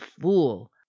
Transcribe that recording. fool